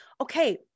okay